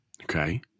Okay